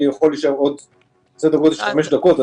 אני יכול להישאר בסדר גודל של חמש דקות,